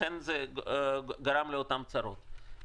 לכן זה גרם לאותן צרות.